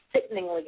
sickeningly